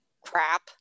crap